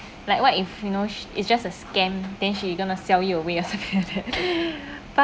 like what if you know it's just a scam then she's going to sell away something like that but